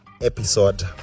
episode